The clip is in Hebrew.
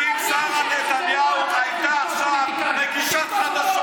אני חושב שזו לא הדרך לתקוף פוליטיקאי.